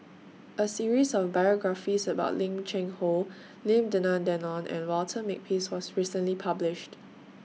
A series of biographies about Lim Cheng Hoe Lim Denan Denon and Walter Makepeace was recently published